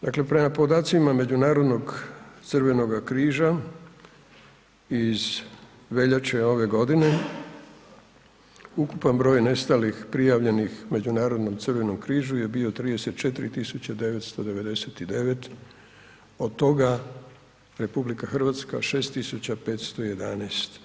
Dakle, prema podacima Međunarodnog Crvenoga križa iz veljače ove godine ukupan broj nestalih prijavljenih Međunarodnom Crvenom križu je bio 34.999 od toga RH 6.511.